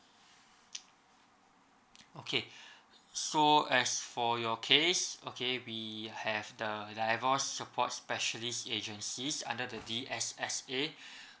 okay so as for your case okay we have the divorce support specialist agency under the D_S_S_A